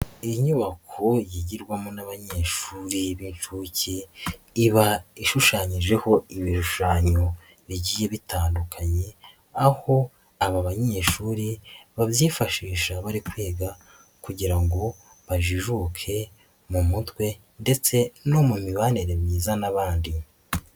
Inyubako yigirwamo n'abanyeshuri b'inshuke, iba ishushanyijeho ibishushanyo bigiye bitandukanye, aho aba banyeshuri babyifashisha bari kwiga kugira ngo bajijuke mu mutwe ndetse no mu mibanire myiza n'abandi.